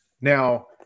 now